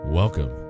Welcome